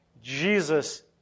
Jesus